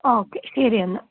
ആ ഓക്കെ ശരിയെന്നാൽ